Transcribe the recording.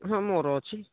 ହଁ ମୋର ଅଛି